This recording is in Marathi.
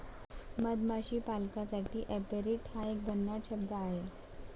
मधमाशी पालकासाठी ऍपेरिट हा एक भन्नाट शब्द आहे